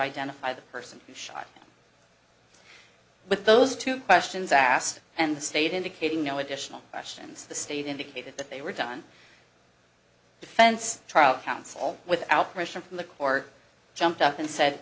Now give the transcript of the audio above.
identify the person shot with those two questions asked and the state indicating no additional questions the state indicated that they were done defense trial counsel without permission from the court jumped up and said